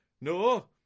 No